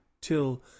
till